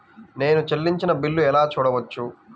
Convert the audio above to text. నేను చెల్లించిన బిల్లు ఎలా చూడవచ్చు?